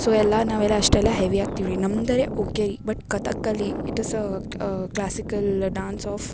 so ಎಲ್ಲ ನಾವು ಎಲ್ಲ ಅಷ್ಟೆಲ್ಲ ಹೆವಿ ಆಗ್ತಿವ್ರಿ ನಮ್ಮದೇ ಉಗ್ಗೆರಿ but Kathakali it is a classical dance of